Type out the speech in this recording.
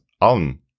on